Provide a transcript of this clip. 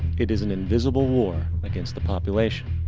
it is an invisible war against the population.